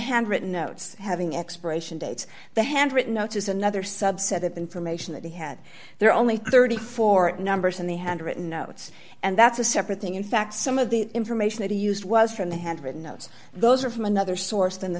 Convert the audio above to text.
handwritten notes having expiration dates the handwritten notes is another subset of information that he had there only thirty four numbers and they handwritten notes and that's a separate thing in fact some of the information that he used was from the handwritten notes those are from another source than the